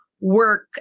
work